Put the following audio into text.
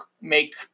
make